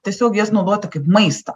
tiesiog jas naudoti kaip maistą